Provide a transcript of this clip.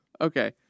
Okay